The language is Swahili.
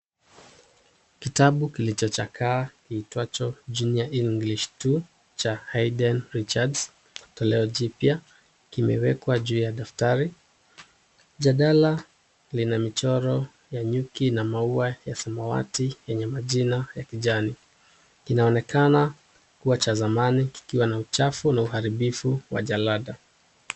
Kitabu kilichochakaa kitwacho junior english two cha hidden Richard's toleo jipya, kimewekwa juu ya daftari, jadala linamchoro ya nyuki na maua ya samawati yenye majani ya kijani, inaonekana kuwa cha zamani kikiwa na uchafu na uharibufi wa jalada.